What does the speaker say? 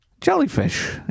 Jellyfish